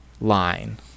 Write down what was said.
line